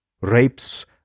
rapes